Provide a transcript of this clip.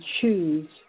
choose